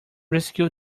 rescue